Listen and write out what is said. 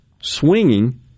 swinging